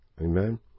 Amen